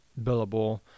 billable